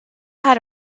had